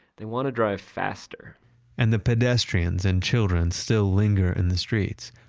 they want to drive faster and the pedestrians and children still linger in the streets,